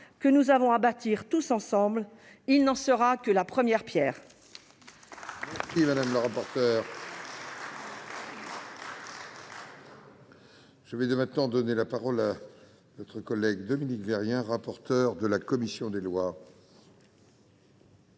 que nous avons à bâtir tous ensemble : il n'en sera que la première pierre.